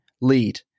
lead